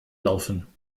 laufen